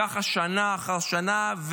ככה שנה אחר שנה,